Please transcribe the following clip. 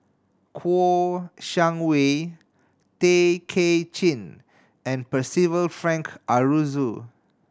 Kouo Shang Wei Tay Kay Chin and Percival Frank Aroozoo